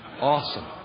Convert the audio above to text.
Awesome